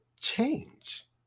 change